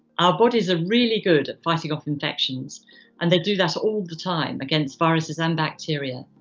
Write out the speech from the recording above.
our bodies are really good at fighting off infections and they do that all the time against viruses and bacteria.